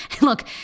Look